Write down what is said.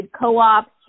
co-ops